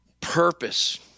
Purpose